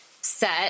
set